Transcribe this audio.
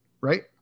Right